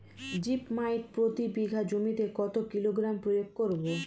Zip মাইট প্রতি বিঘা জমিতে কত কিলোগ্রাম প্রয়োগ করব?